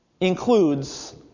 includes